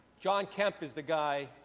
john kemp is the guy,